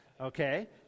okay